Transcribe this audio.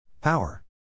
Power